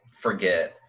forget